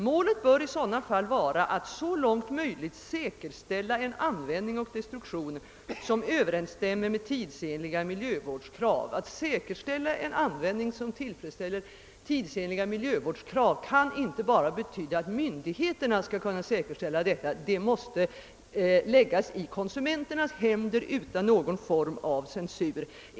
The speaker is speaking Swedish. Målet bör i sådana fall vara att så långt möjligt säkerställa en användning och destruktion som överensstämmer med tidsenliga miljövårdskrav.» Ett säkerställande av en användning som tillfredsställer tidsenliga miljövårdskrav kan inte inskränka sig till att avse enbart myndigheternas möjligheter till kontroll. Sådana möjligheter måste också läggas i konsumenternas händer utan någon form av censur.